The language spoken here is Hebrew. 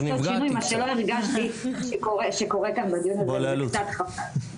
מה שלא הרגשתי שקורה כאן בדיון הזה וזה קצת חבל.